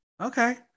Okay